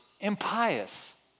impious